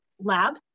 lab